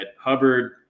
Hubbard